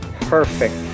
perfect